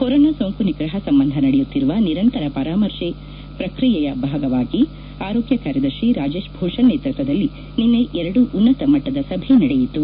corona ಸೋಂಕು ನಿಗ್ರಹ ಸಂಬಂಧ ನಡೆಯುತ್ತಿರುವ ನಿರಂತರ ಪರಾಮರ್ಶೆ ಪ್ರಕ್ರಿಯೆಯ ಭಾಗವಾಗಿ ಆರೋಗ್ಯ ಕಾರ್ಯದರ್ಶಿ ರಾಜೇಶ್ ಭೂಷಣ್ ನೇತೃತ್ವದಲ್ಲಿ ನಿನ್ನೆ ಎರಡು ಉನ್ನತ ಮಟ್ಟದ ಸಭೆ ನಡೆಯಿತು